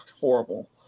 horrible